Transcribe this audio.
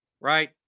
right